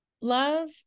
love